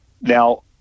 Now